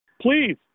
Please